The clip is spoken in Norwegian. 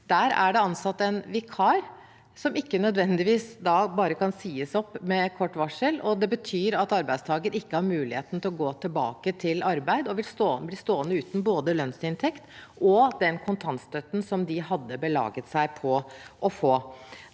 der det er ansatt en vikar som ikke nødvendigvis bare kan sies opp med kort varsel. Det betyr at arbeidstaker ikke har muligheten til å gå tilbake til arbeid og blir stående uten både lønnsinntekt og den kontantstøtten som man hadde belaget seg på å få.